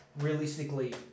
realistically